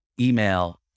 email